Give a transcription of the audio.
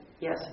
Yes